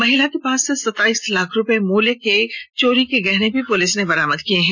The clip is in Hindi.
महिला के पास से सताइस लाख रुपए मुल्य के चोरी के गहने भी पुलिस ने बरामद किए हैं